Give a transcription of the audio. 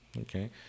okay